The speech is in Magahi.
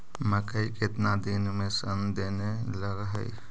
मकइ केतना दिन में शन देने लग है?